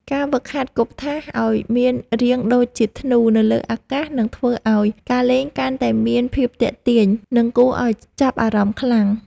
ការហ្វឹកហាត់គប់ថាសឱ្យមានរាងដូចជាធ្នូនៅលើអាកាសនឹងធ្វើឱ្យការលេងកាន់តែមានភាពទាក់ទាញ និងគួរឱ្យចាប់អារម្មណ៍ខ្លាំង។